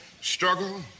struggle